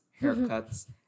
haircuts